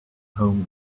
home